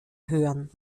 hören